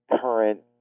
current